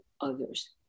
others